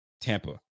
Tampa